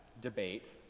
debate